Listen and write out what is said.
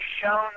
shown